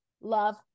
Love